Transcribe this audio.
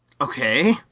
Okay